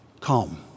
Calm